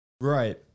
right